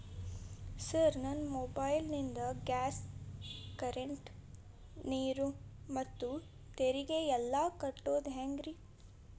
Sir ನನ್ನ mobile ನಿಂದ gas, current, ನೇರು, ಮನೆ ತೆರಿಗೆ ಎಲ್ಲಾ ಕಟ್ಟೋದು ಹೆಂಗ್ರಿ?